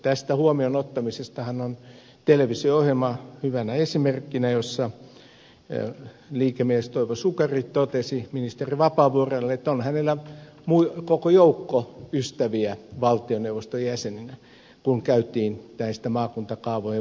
tästä huomioon ottamisestahan on hyvänä esimerkkinä televisio ohjelma jossa liikemies toivo sukari totesi ministeri vapaavuorelle että on hänellä koko joukko ystäviä valtioneuvoston jäseninä kun käytiin maakuntakaavoihin vaikuttamisesta keskustelua